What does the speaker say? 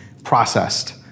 processed